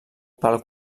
pel